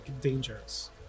dangerous